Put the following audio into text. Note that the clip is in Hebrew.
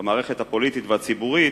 במערכת הפוליטית והציבורית,